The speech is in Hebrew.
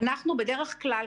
בדרך כלל,